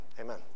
amen